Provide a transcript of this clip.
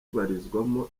ibarizwamo